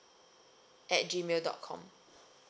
at G mail dot com